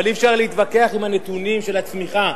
אבל אי-אפשר להתווכח עם הנתונים של הצמיחה.